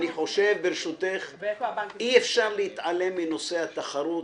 אני חושב שאי אפשר להתעלם מנושא התחרות.